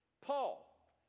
Paul